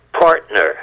partner